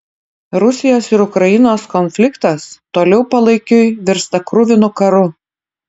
rusijos ir ukrainos konfliktas toliau palaikiui virsta kruvinu karu